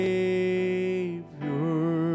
Savior